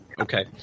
Okay